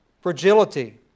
fragility